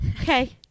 Okay